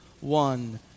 one